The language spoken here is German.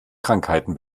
krankheiten